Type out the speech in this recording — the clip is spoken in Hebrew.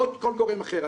עוד כל גורם אחר,